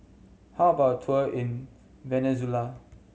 how about a tour in Venezuela